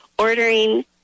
Ordering